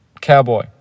Cowboy